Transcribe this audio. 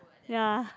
ya